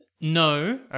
No